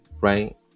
right